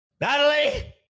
Natalie